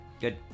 Good